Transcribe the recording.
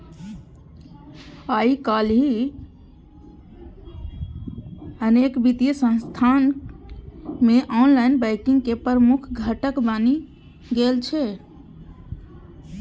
आइकाल्हि ई अनेक वित्तीय संस्थान मे ऑनलाइन बैंकिंग के प्रमुख घटक बनि गेल छै